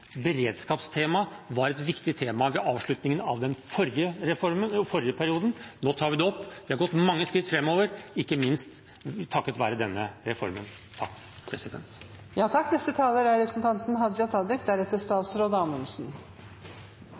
Beredskapstemaet var viktig ved avslutningen av den forrige perioden. Nå tar vi det opp. Vi har gått mange skritt framover, ikke minst takket være denne reformen. Når eg tek ordet no, er